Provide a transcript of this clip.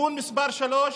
(תיקון מס' 3)